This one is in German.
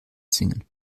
singen